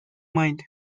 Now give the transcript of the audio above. mind